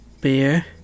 Beer